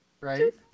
Right